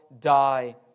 die